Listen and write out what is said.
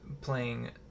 playing